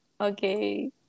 okay